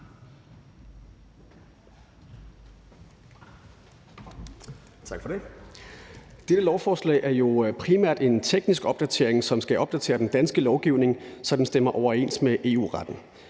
Dette lovforslag er jo primært en teknisk opdatering, som skal opdatere den danske lovgivning, så den stemmer overens med EU-retten.